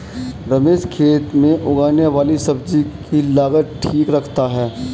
रमेश खेत में उगने वाली सब्जी की लागत ठीक रखता है